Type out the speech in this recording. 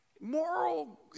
moral